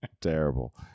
Terrible